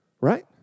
Right